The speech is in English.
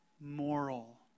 moral